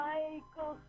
Michael